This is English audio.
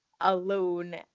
alone